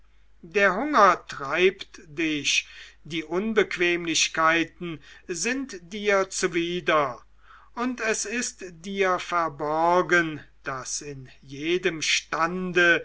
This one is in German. der hunger treibt dich die unbequemlichkeiten sind dir zuwider und es ist dir verborgen daß in jedem stande